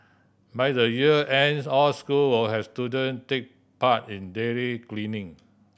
by the year ends all school will have student take part in daily cleaning